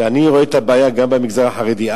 שאני רואה את הבעיה גם במגזר החרדי.